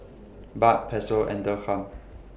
Baht Peso and Dirham